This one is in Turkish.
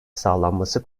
sağlanması